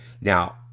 now